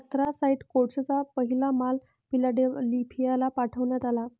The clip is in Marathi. अँथ्रासाइट कोळशाचा पहिला माल फिलाडेल्फियाला पाठविण्यात आला